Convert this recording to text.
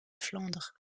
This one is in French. flandre